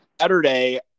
Saturday